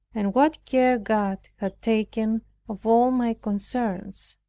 and what care god had taken of all my concerns.